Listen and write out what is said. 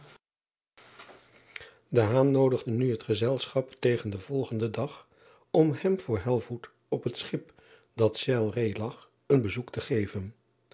noodigde nu het gezelschap tegen den volgenden dag om hem voor elvoet op het schip dat zeilreê lag een bezoek te geven